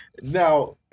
Now